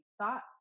thought